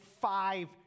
five